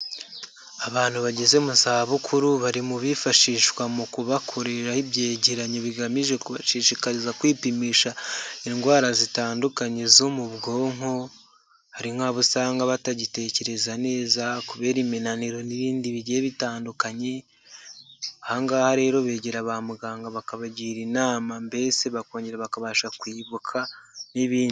Abantu bageze mu zabukuru bari mu bifashishwa mu kubakoreraho ibyegeranyo bigamije kubashishikariza kwipimisha indwara zitandukanye zo mu bwonko, hari nk'abo usanga batagitekereza neza kubera iminaniro n'ibindi bigiye bitandukanye, aha ngaha rero begera ba muganga bakabagira inama mbese bakongera bakabasha kwibuka n'ibindi.